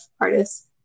artists